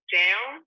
down